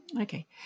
Okay